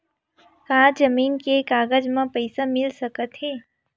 का जमीन के कागज म पईसा मिल सकत हे?